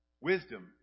Wisdom